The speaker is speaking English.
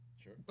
Sure